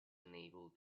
unable